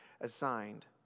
assigned